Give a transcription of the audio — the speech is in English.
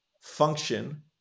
function